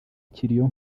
ikiriyo